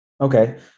Okay